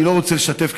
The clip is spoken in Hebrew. אני לא רוצה לשתף,